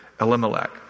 Elimelech